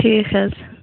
ٹھیٖک حظ